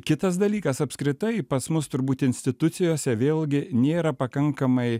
kitas dalykas apskritai pas mus turbūt institucijose vėlgi nėra pakankamai